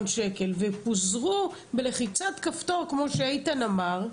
ש"ח והם פוזרו בלחיצת כפתור כמו שאיתן אמר,